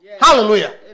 Hallelujah